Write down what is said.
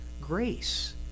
grace